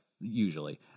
usually